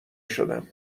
شدم